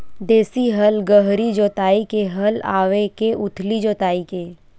देशी हल गहरी जोताई के हल आवे के उथली जोताई के?